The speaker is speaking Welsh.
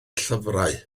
llyfrau